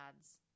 ads